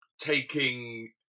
taking